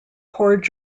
corps